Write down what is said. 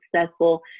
successful